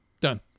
Done